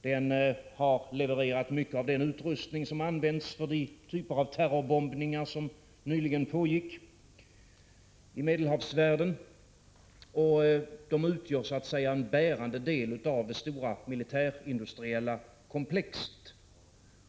Den har levererat mycket av den utrustning som används för de typer av terrorbombningar som nyligen pågick i Medelhavsvärlden. Den utgör en bärande del i det stora militärindustriella komplexet.